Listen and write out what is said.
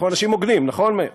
אנחנו אנשים הוגנים, נכון, מאיר?